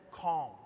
calm